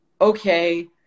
okay